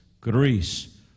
Greece